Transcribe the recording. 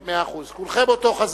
כולם באותו חוזה,